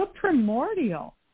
primordial